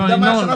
ינון --- ינון